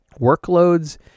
Workloads